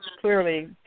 clearly